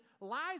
lies